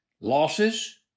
Losses